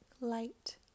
light